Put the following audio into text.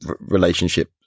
relationship